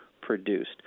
produced